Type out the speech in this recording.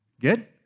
Good